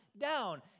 down